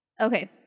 Okay